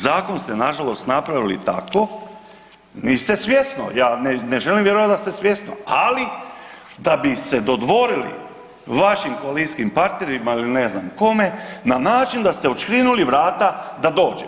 Zakon ste nažalost napravili tako, niste svjesno, ja ne želim vjerovati da ste svjesno, ali da bi se dodvorili vašim koalicijskim partnerima ili ne znam kome na način da ste odškrinuli vrata da dođe.